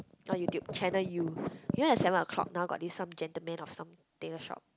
not YouTube channel U you know that seven o-clock now got these some gentlemen or some table shop